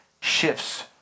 shifts